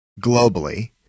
globally